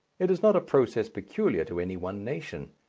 it is not a process peculiar to any one nation.